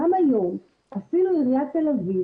גם היום אפילו עיריית תל אביב,